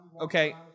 okay